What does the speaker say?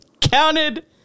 counted